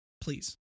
please